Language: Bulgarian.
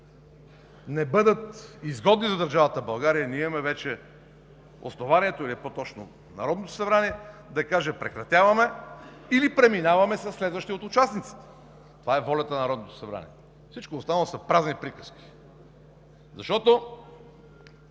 не бъдат изгодни за държавата България, ние имаме вече основанието, или по-точно Народното събрание, да каже, че прекратяваме или преминаваме със следващия от участниците. Това е волята на Народното събрание. Всичко останало са празни приказки, защото